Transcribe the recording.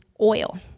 oil